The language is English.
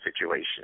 situation